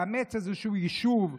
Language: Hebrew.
לאמץ איזשהו יישוב.